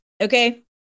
Okay